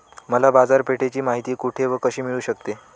मला बाजारपेठेची माहिती कुठे व कशी मिळू शकते?